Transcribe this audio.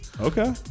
Okay